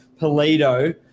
Polito